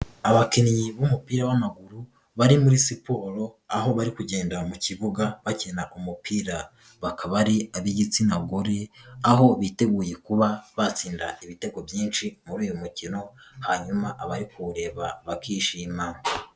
Abakinnyi b'umupira w'amaguru bari muri siporo, aho barigenra mu kibuga bakina umupira, bakaba ari ab'igitsina gore, aho biteguye kuba batsinda ibitego byinshi muri uyu mukino, hanyuma abari kuwureba bakishima.